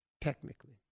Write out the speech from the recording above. technically